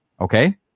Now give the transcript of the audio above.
Okay